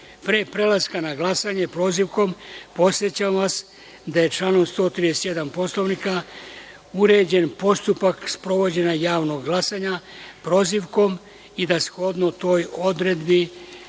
prelaska na glasanje prozivkom, podsećam vas da je članom 131. Poslovnika uređen postupak sprovođenja javnog glasanja – prozivkom i da, shodno toj odredbi